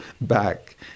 back